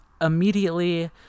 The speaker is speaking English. immediately